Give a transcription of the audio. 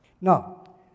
Now